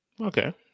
Okay